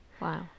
Wow